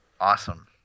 Awesome